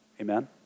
amen